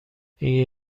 این